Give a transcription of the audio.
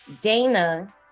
dana